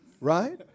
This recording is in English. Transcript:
right